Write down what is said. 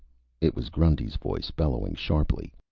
it was grundy's voice, bellowing sharply.